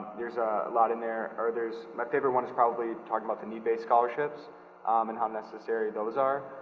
there's a lot in there, or there's, my favorite one is probably talking about the need based scholarships um and how necessary those are.